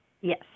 Yes